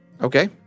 Okay